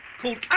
Called